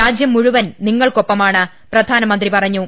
രാജ്യം മുഴുവൻ നിങ്ങൾക്കൊപ്പമാണ് പ്രധാ നമന്ത്രി പറഞ്ഞു